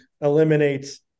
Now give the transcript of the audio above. eliminates